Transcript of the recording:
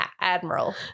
admiral